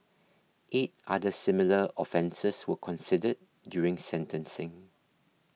eight other similar offences were considered during sentencing